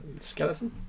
Skeleton